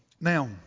Now